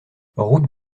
route